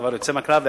דבר יוצא מן הכלל.